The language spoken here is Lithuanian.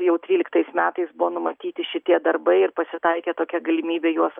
jau tryliktais metais buvo numatyti šitie darbai ir pasitaikė tokia galimybė juos